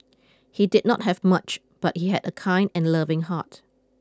he did not have much but he had a kind and loving heart